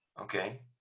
okay